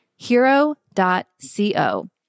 hero.co